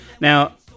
Now